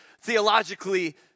theologically